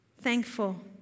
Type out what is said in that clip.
thankful